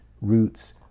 roots